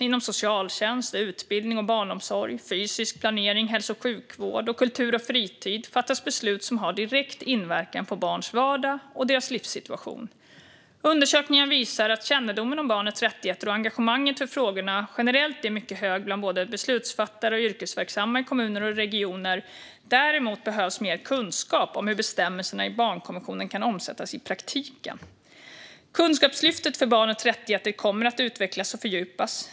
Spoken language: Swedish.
Inom socialtjänst, utbildning och barnomsorg, fysisk planering, hälso och sjukvård och kultur och fritid fattas beslut som har direkt inverkan på barns vardag och deras livssituation. Undersökningar visar att kännedomen om barnets rättigheter och engagemanget för frågorna generellt är mycket hög bland både beslutsfattare och yrkesverksamma i kommuner och regioner. Däremot behövs mer kunskap om hur bestämmelserna i barnkonventionen kan omsättas i praktiken. Kunskapslyftet för barnets rättigheter kommer att utvecklas och fördjupas.